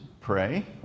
pray